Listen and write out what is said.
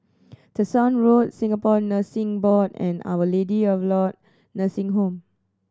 Tessensohn Road Singapore Nursing Board and Our Lady of Nursing Home